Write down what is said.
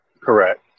Correct